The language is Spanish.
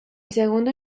segundo